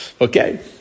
okay